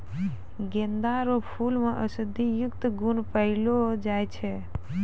गेंदा रो फूल मे औषधियुक्त गुण पयलो जाय छै